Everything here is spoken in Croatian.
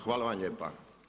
Hvala vam lijepa.